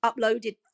uploaded